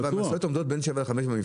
אבל המשאיות עמדות בין 7:00 ל-17:00 במפעל?